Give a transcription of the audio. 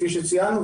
כפי שציינו,